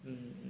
mm